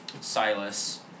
Silas